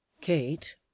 Kate